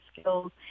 skills